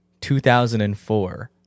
2004